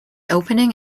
opening